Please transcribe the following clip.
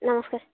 ନମସ୍କାର